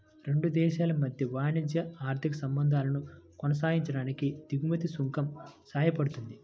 రెండు దేశాల మధ్య వాణిజ్య, ఆర్థిక సంబంధాలను కొనసాగించడానికి దిగుమతి సుంకం సాయపడుతుంది